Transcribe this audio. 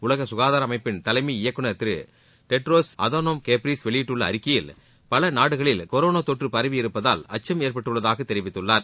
உலக ககாதார அமைப்பின் தலைமை இயக்குநர் திரு டெட்ரோஸ் அதானோ கெப்ரீசஸ் வெளியிட்டுள்ள அறிக்கையில் பல நாடுகளில் கொரோனா தொற்று பரவியிருப்பதால் அச்சம் ஏற்பட்டுள்ளதாக தெரிவித்துள்ளார்